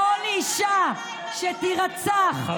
כל אישה שתירצח, איפה היית, בדיור הציבורי?